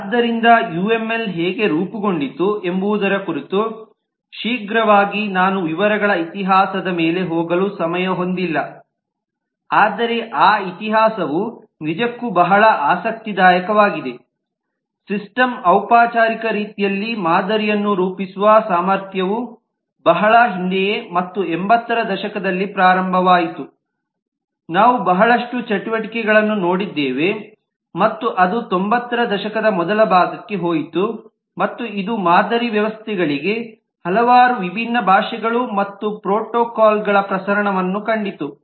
ಆದ್ದರಿಂದ ಯುಎಂಎಲ್ ಹೇಗೆ ರೂಪುಗೊಂಡಿತು ಎಂಬುದರ ಕುರಿತು ಶೀಘ್ರವಾಗಿ ನಾನು ವಿವರಗಳ ಇತಿಹಾಸದ ಮೇಲೆ ಹೋಗಲು ಸಮಯ ಹೊಂದಿಲ್ಲ ಆದರೆ ಆ ಇತಿಹಾಸವು ನಿಜಕ್ಕೂ ಬಹಳ ಆಸಕ್ತಿದಾಯಕವಾಗಿದೆ ಸಿಸ್ಟಮ್ ಔಪಚಾರಿಕ ರೀತಿಯಲ್ಲಿ ಮಾದರಿಯನ್ನು ರೂಪಿಸುವ ಸಾಮರ್ಥ್ಯವು ಬಹಳ ಹಿಂದೆಯೇ ಮತ್ತು 80 ರ ದಶಕದಲ್ಲಿ ಪ್ರಾರಂಭವಾಯಿತು ನಾವು ಬಹಳಷ್ಟು ಚಟುವಟಿಕೆಗಳನ್ನು ನೋಡಿದ್ದೇವೆ ಮತ್ತು ಅದು 90 ರ ದಶಕದ ಮೊದಲ ಭಾಗಕ್ಕೆ ಹೋಯಿತು ಮತ್ತು ಇದು ಮಾದರಿ ವ್ಯವಸ್ಥೆಗಳಿಗೆ ಹಲವಾರು ವಿಭಿನ್ನ ಭಾಷೆಗಳು ಮತ್ತು ಪ್ರೋಟೋಕಾಲ್ಗಳ ಪ್ರಸರಣವನ್ನು ಕಂಡಿತು